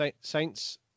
Saints